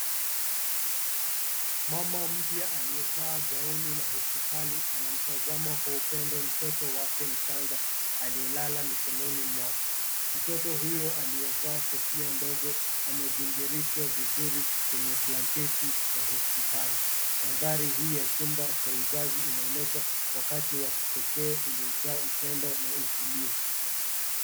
Mama mpya aliyevaa gauni la hospitali anamtazama kwa upendo mtoto wake mchanga aliyelala mikononi mwake. Mtoto huyo aliyevaa kofia ndogo amevingirishwa vizuri kwenye blanketi ya hospitali. Mandhari hii ya chumba cha uzazi inaonyesha wakati wa kipekee uliojaa upendo na utulivu.